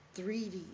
3D